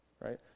right